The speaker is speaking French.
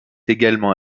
également